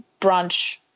brunch